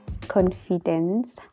confidence